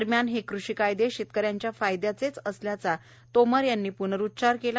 दरम्यान हे कृषी कायदे शेतकऱ्यांच्या फायदयाचेच असल्याचा तोमर यांनी पुनरुच्चार केला